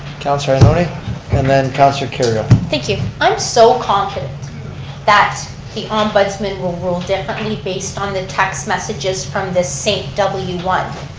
councilor ioannoni and then councilor kerrio. thank you. i'm so confident that the ombudsman will rule differently based on the text messages from this saint, w one.